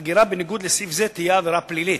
אגירה בניגוד לסעיף זה תהיה עבירה פלילית.